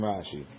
Rashi